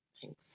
Thanks